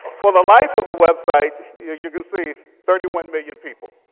for the life the website, yeah as you can see, thirty one million people.